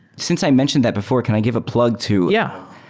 since i mentioned that before, can i give a plug to yeah.